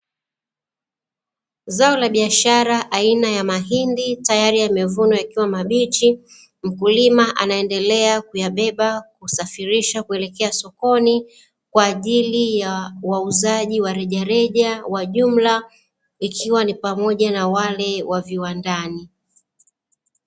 Zao la biashara aina ya mahindi tayari yamevunwa yakiwa mabichi; mkulima anaendelea kuyabeba kusafirisha kuelekea sokoni kwa ajili ya wauzaji wa rejareja, wa jumla, ikiwa ni pamoja na wale wa viwandani.